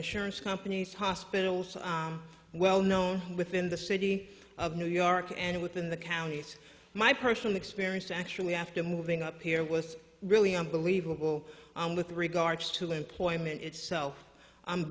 insurance companies hospitals well known within the city of new york and within the counties my personal experience actually after moving up here was really unbelievable with regards to employment itself